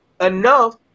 enough